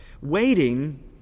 waiting